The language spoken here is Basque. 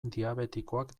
diabetikoak